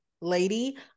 lady